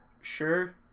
Sure